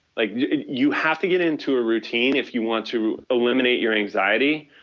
like you have to get into ah routine if you want to eliminate your anxiety.